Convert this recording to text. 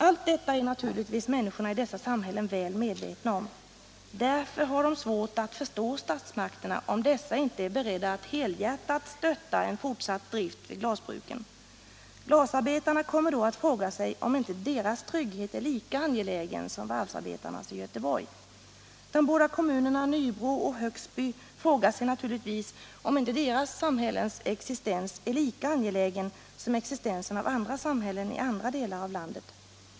Allt detta är naturligtvis människorna i dessa samhällen väl medvetna om. Därför har de svårt att förstå statsmakterna om dessa inte är beredda att helhjärtat stötta en fortsatt drift vid glasbruken. Glasarbetarna kommer då att fråga sig om inte deras trygghet är lika angelägen som varvsarbetarnas i Göteborg. De båda kommunerna i Nybro och Högsby frågar sig naturligtvis om inte deras samhällens existens är lika angelägen som existensen av andra samhällen i andra delar av landet.